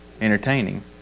entertaining